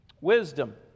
Wisdom